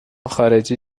خارجی